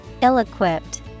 Ill-equipped